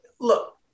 Look